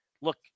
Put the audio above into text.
look